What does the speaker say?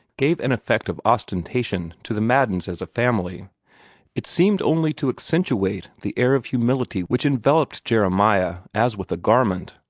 gave an effect of ostentation to the maddens as a family it seemed only to accentuate the air of humility which enveloped jeremiah as with a garment.